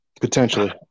potentially